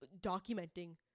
documenting